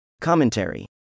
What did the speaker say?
Commentary